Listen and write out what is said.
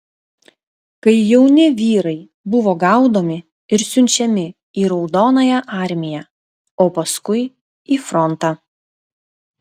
kai jauni vyrai buvo gaudomi ir siunčiami į raudonąją armiją o paskui į frontą